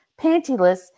pantyless